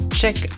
check